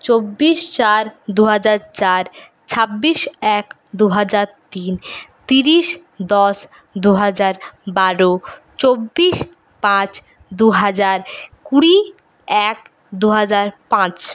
চব্বিশ চার দু হাজার চার ছাব্বিশ এক দু হাজার তিন তিরিশ দশ দু হাজার বারো চব্বিশ পাঁচ দু হাজার কুড়ি এক দু হাজার পাঁচ